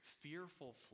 fearful